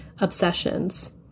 obsessions